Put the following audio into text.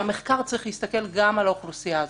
שהמחקר צריך להסתכל גם על האוכלוסייה הזאת.